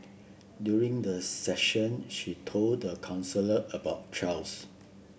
during the session she told the counsellor about Charles